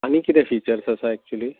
आनी कितें फिचर्स आसा एक्चुली